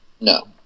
No